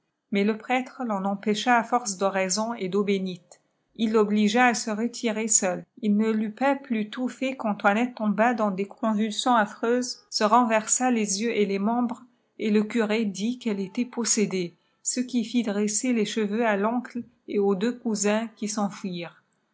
mais le prêtre reû empêcha à force d'oraisons et d'eau bénite il l'obligea à se retirer seul il ne l'eut pas plus tôt fait qu'antoinette tomba dans des convulions actrcuses se renverra les yeux et les membres et le curé dit qu'elle était possédée ce qui ftt aresèer fôâ tiîéxi h rpnçle e aux deux cousins qui s'enfuirent